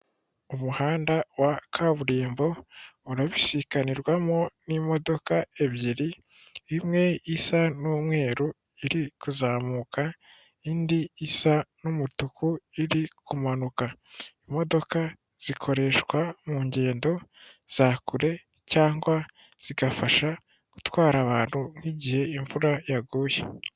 Umuhanda wa kaburimbo, urabisikanirwamo n'imodoka ebyiri, imwe isa n'umweru iri kuzamuka, indi isa n'umutuku iri kumanuka. Imodoka zikoreshwa mu ngendo za kure cyangwa zigafasha gutwara abantu nk'igihe imvura yaguye.